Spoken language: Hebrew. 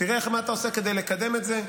תראה מה אתה עושה כדי לקדם את זה.